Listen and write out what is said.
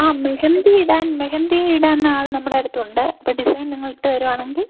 ആ മെഹന്തി ഇടാൻ മെഹന്തി ഇടുന്ന ആൾ നമ്മള അടുത്തുണ്ട് അപ്പോൾ ഡിസൈൻ നിങ്ങൾ ഇട്ട് തരുവാണെങ്കിൽ